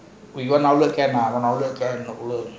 we